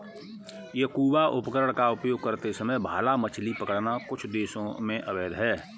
scuba उपकरण का उपयोग करते समय भाला मछली पकड़ना कुछ देशों में अवैध है